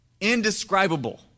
indescribable